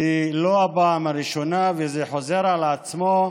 היא לא הפעם הראשונה, וזה חוזר על עצמו,